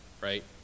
right